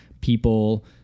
people